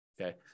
Okay